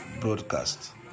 broadcast